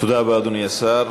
תודה רבה, אדוני השר.